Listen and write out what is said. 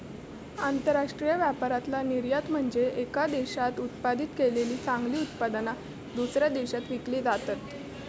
आंतरराष्ट्रीय व्यापारातला निर्यात म्हनजे येका देशात उत्पादित केलेली चांगली उत्पादना, दुसऱ्या देशात विकली जातत